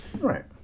Right